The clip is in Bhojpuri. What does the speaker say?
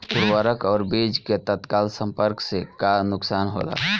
उर्वरक और बीज के तत्काल संपर्क से का नुकसान होला?